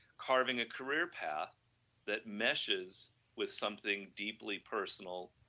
carving a career path that meshes with something deeply personal,